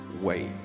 wait